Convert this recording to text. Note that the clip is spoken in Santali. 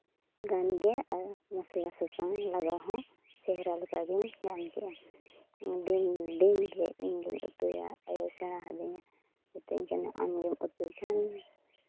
ᱜᱟᱱ ᱜᱮᱭᱟ ᱟᱨ ᱢᱚᱥᱞᱟ ᱥᱟᱥᱟᱝ ᱞᱟᱜᱟᱣ ᱦᱚᱸ ᱪᱮᱦᱨᱟ ᱞᱮᱠᱟᱜᱤᱧ ᱜᱟᱱ ᱠᱮᱜᱼᱟ ᱫᱤᱱ ᱫᱤᱱᱜᱮ ᱤᱧᱜᱤᱧ ᱩᱛᱩᱭᱟ ᱟᱭᱳᱭ ᱥᱮᱬᱟ ᱟᱹᱫᱤᱧᱟ ᱢᱮᱛᱟᱹᱧ ᱠᱟᱱᱟ ᱟᱢᱜᱮᱢ ᱩᱛᱩᱭ ᱠᱷᱟᱱ